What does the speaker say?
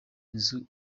nzu